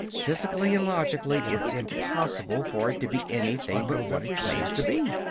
physically and logically it's impossible for it to be anything but what it claims to be!